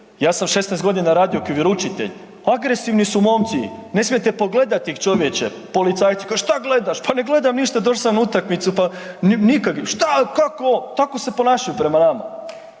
Ja sam 16 g. radio kao vjeroučitelj, agresivni su momci, ne smijete ih pogledati, čovječe, policajce, kao šta gledaš, pa ne gledam ništa, došao sam na utakmicu, šta, kako, tako se ponašaju prema nama.